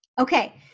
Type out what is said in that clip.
Okay